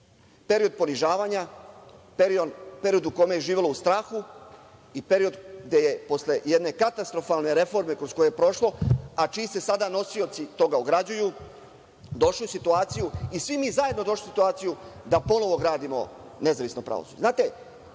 period ponižavanja, period u kome je živelo u strahu i period koji je, posle jedne katastrofalne reforme kroz koje je prošlo, a čiji se sada nosioci toga ograđuju, došlo u situaciju i svi mi zajedno došli u situaciju da ponovo gradimo nezavisno pravosuđe. Znate,